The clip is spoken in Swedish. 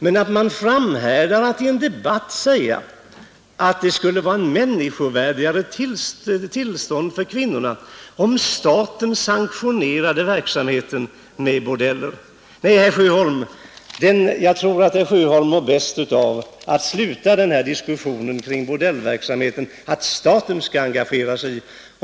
Men att man framhärdar med att i en debatt påstå att det skulle vara en människovärdigare tillvaro för kvinnorna om staten sanktionerade verksamheten med bordeller! Nej, herr Sjöholm, jag tror att herr Sjöholm mår bäst av att sluta den här diskussionen om att staten skall engagera sig i bordellverksamhet.